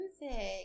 Music